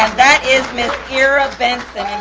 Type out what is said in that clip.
that is ms. era benson,